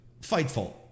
Fightful